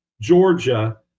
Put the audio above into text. Georgia